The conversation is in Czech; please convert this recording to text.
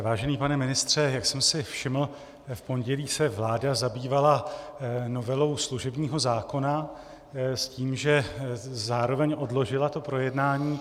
Vážený pane ministře, jak jsem si všiml, v pondělí se vláda zabývala novelou služebního zákona s tím, že zároveň odložila projednání.